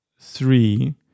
three